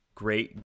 great